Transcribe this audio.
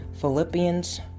Philippians